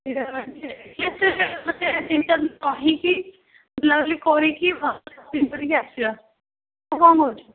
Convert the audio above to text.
ତିନି ଚାରି ଦିନ ରହିକି ବୁଲାବୁଲି କରିକି ଭଲସେ କରିକି ଆସିବା ନା କ'ଣ କହୁଛୁ